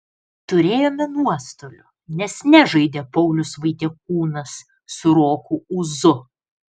turėjome nuostolių nes nežaidė paulius vaitiekūnas su roku ūzu